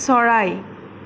চৰাই